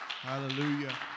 Hallelujah